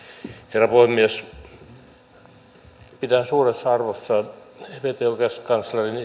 herra puhemies pidän suuressa arvossa virkaatekevä oikeuskanslerin